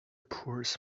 pours